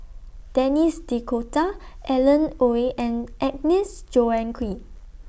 Denis D'Cotta Alan Oei and Agnes Joaquim